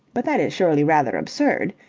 but that is surely rather absurd.